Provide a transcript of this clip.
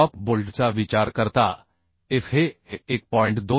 shop बोल्टचा विचार करता f हे 1